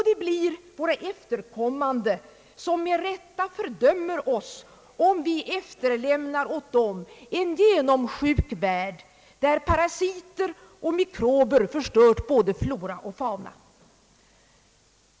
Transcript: Det blir våra efterkommande som med rätta fördömer oss om vi efterlämnar åt dem en genomsjuk värld där parasiter och mikrober förstört både flora och fauna.